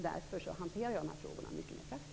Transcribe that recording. Därför hanterar jag de här frågorna mycket mer praktiskt.